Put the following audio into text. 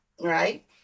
right